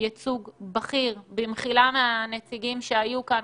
יהיה ייצוג בכיר, במחילה מהנציגים שהיו כאן.